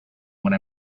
when